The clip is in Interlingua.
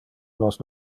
nos